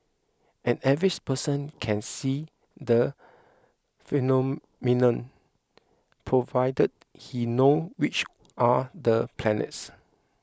an average person can see the phenomenon provided he knows which are the planets